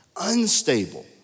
Unstable